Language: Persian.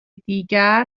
دیگر